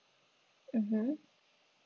mmhmm